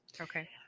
Okay